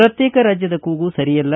ಪ್ರತ್ಯೇಕ ರಾಜ್ಯದ ಕೂಗು ಸರಿಯಲ್ಲ